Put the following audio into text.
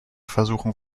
versuchung